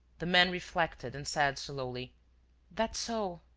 the man reflected and said, slowly that's so.